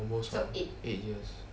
almost got eight years